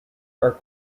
our